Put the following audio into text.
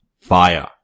fire